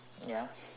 ya